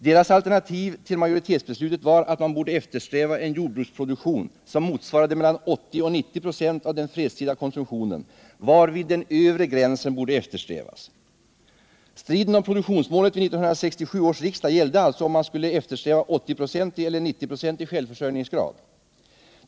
Deras alternativ till majoritetsbeslutet var att man borde eftersträva en jordbruksproduktion som motsvarade mellan 80 och 90 96 av den fredstida konsumtionen, varvid den övre gränsen borde eftersträvas. Striden om produktionsmålet vid 1967 års riksdag gällde alltså om man skulle eftersträva en 80-procentig eller en 90-procentig självförsörjningsgrad.